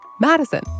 Madison